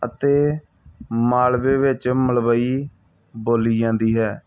ਅਤੇ ਮਾਲਵੇ ਵਿੱਚ ਮਲਵਈ ਬੋਲੀ ਜਾਂਦੀ ਹੈ